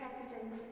President